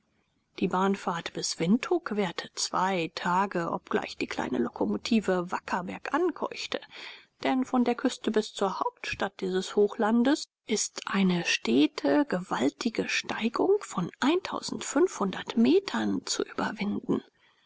die bahnfahrt bis windhuk währte zwei tage obgleich die kleine lokomotive wacker bergan keuchte denn von der küste bis zur hauptstadt dieses hochlandes ist eine stete gewaltige steigung von metern zu überwinden